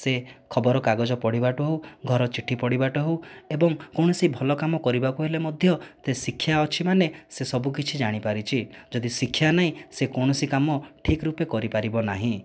ସେ ଖବର କାଗଜ ପଢ଼ିବା ଠୁ ହେଉ ଘର ଚିଠି ପଢ଼ିବା ଠୁ ହେଉ ଏବଂ କୌଣସି ଭଲ କାମ କରିବାକୁ ହେଲେ ମଧ୍ୟ ତେ ଶିକ୍ଷା ଅଛି ମାନେ ସେ ସବୁ କିଛି ଜାଣିପାରିଛି ଯଦି ଶିକ୍ଷା ନାହିଁ ସେ କୌଣସି କାମ ଠିକ୍ ରୂପେ କରିପାରିବ ନାହିଁ